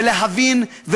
להבין,